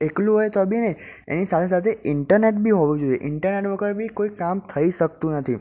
એકલું હોય તો બી નહીં એની સાથે સાથે ઈન્ટરનેટ બી હોવું જોએ ઈન્ટરનેટ વગર બી કોઈ કામ થઈ શકતું નથી